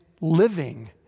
living